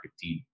team